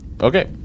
Okay